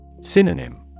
Synonym